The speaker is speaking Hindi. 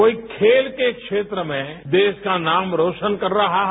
कोई खेल के क्षेत्र में देश का नाम रौशन कर रहा हैं